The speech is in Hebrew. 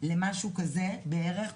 למשהו כזה בערך,